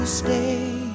stay